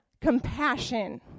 compassion